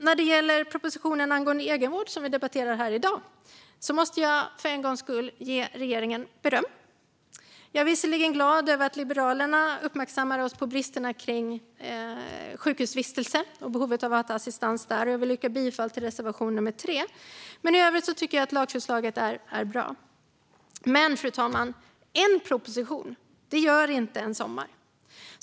När det gäller propositionen angående egenvård, som vi debatterar här i dag, måste jag dock för en gångs skull ge regeringen beröm. Jag är visserligen glad över att Liberalerna uppmärksammade oss på bristerna när det gäller sjukhusvistelse och behovet av att stärka rätten till assistans där, och jag vill yrka bifall till reservation nummer 3. Men i övrigt tycker jag att lagförslaget är riktigt bra. En bra proposition gör dock ingen sommar, fru talman.